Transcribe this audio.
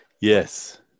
Yes